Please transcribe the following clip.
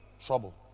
Trouble